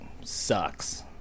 sucks